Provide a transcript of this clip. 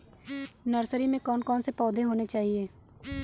Nursery में कौन कौन से पौधे होने चाहिए?